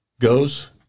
goes